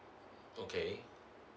okay